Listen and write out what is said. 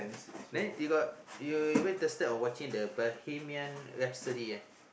then you got you you went to step on watching the Bohemian-Rhapsody eh